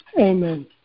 Amen